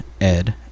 Ed